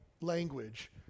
language